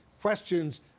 questions